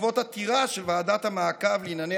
בעקבות עתירה של ועדת המעקב לענייני